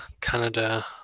Canada